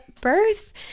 birth